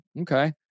okay